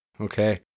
Okay